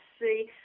see